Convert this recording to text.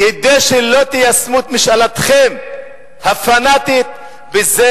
כדי שלא תיישמו את משאלתכם הפנאטית בזה